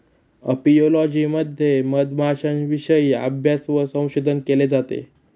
apiology मध्ये मधमाश्यांविषयी अभ्यास व संशोधन केले जाते